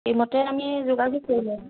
সেইমতে আমি যোগাযোগ কৰিম আৰু